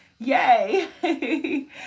Yay